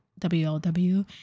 WLW